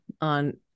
on